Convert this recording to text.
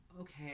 okay